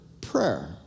prayer